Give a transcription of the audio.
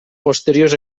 posteriors